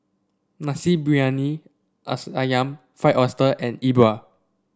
Nasi Briyani ayam Fried Oyster and Yi Bua